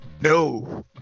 no